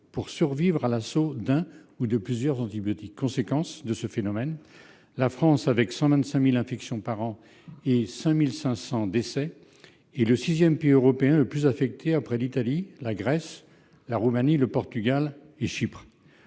pour survivre à l'assaut d'un ou de plusieurs antibiotiques. Conséquence de ce phénomène, la France, avec 125 000 infections par an et 5 500 décès, est le sixième pays européen le plus affecté après l'Italie, la Grèce, la Roumanie, le Portugal et Chypre.